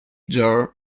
jar